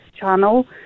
channel